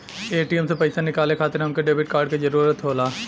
ATM से पइसा निकाले खातिर हमके डेबिट कार्ड क जरूरत होला